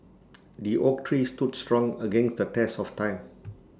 the oak tree stood strong against the test of time